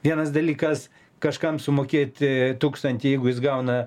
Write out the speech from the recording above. vienas dalykas kažkam sumokėti tūkstantį jeigu jis gauna